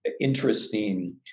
interesting